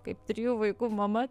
kaip trijų vaikų mama